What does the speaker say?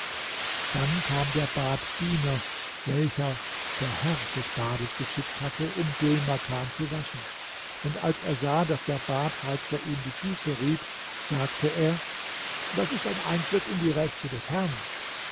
dann kam der baddiener welchen der herr des bades geschickt hatte um dhul makan zu waschen und als er sah daß der badheizer ihm die füße rieb sagte er das ist ein eingriff in die rechte des herrn